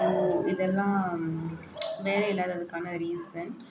இதெல்லாம் வேலை இல்லாததுக்கான ரீசன்